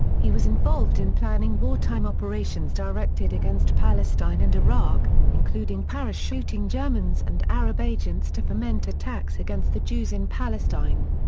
he was involved in planning wartime operations directed against palestine and iraq, including parachuting germans and arab agents to foment attacks against the jews in palestine.